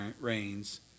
rains